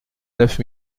neuf